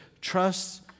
Trust